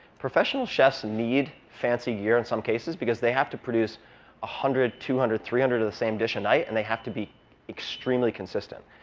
professional chefs need fancy gear in some cases, because they have to produce one hundred, two hundred, three hundred of the same dish a night. and they have to be extremely consistent.